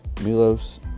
Milos